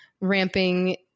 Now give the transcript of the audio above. ramping